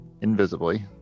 invisibly